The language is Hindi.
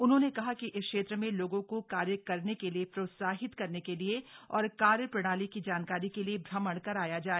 उन्होंने कहा कि इस क्षेत्र में लोगों को कार्य करने के लिए प्रोत्साहित करने के लिए और कार्यप्रणाली की जानकारी के लिए श्रमण कराया जाय